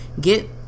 get